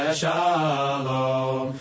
shalom